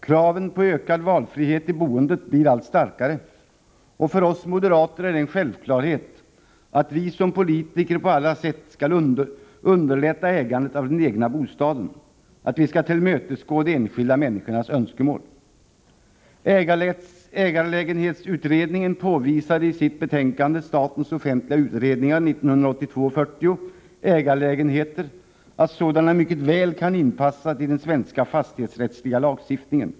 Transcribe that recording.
Kraven på ökad valfrihet i boendet blir allt starkare, och för oss moderater är det en självklarhet att vi som politiker på alla sätt skall underlätta ägandet av den egna bostaden, att vi skall tillmötesgå de enskilda människornas önskemål. Ägarlägenhetsutredningen påvisade i sitt betänkande Ägarlägenheter att sådana lägenheter mycket väl kan inpassas i den svenska fastighetsrättsliga lagstiftningen.